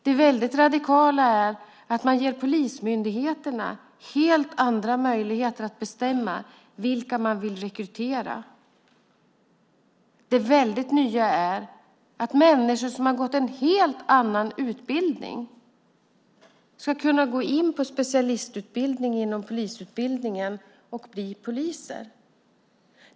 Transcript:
Det väldigt radikala är att man ger polismyndigheterna helt andra möjligheter att bestämma vilka man vill rekrytera. Det väldigt nya är att människor som har gått en helt annan utbildning kan gå in på specialistutbildning inom polisutbildningen och bli poliser.